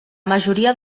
majoria